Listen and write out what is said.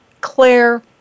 Claire